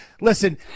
Listen